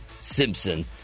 Simpson